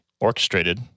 orchestrated